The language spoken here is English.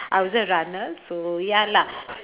I was a runner so ya lah